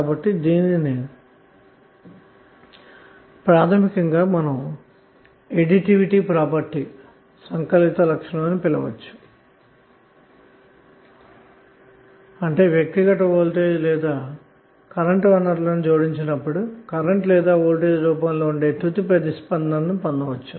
కాబట్టి ప్రాథమికంగా సంకలిత లక్షణం అని చెప్పవచ్చు అంటే వ్యక్తిగత వోల్టేజ్ లేదా కరెంట్ వనరులను జోడించినప్పుడు కరెంట్ లేదా వోల్టేజ్ రూపంలో ఉండే తుది రెస్పాన్స్ ను పొందవచ్చు